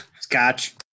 scotch